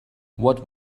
what